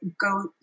go